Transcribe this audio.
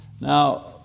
Now